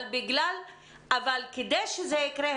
אבל כדי שזה יקרה,